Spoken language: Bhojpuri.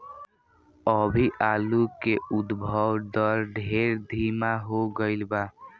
अभी आलू के उद्भव दर ढेर धीमा हो गईल बा